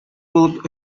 булып